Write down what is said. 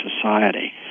society